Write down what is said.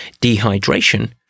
Dehydration